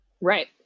right